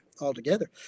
altogether